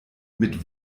mit